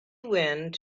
went